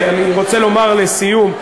אני רוצה לומר לסיום,